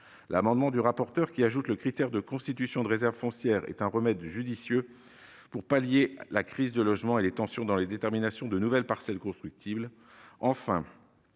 par M. le rapporteur visant à prévoir le critère de constitution de réserves foncières est un remède judicieux pour pallier la crise du logement et les tensions dans la détermination de nouvelles parcelles constructibles. Enfin,